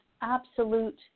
absolute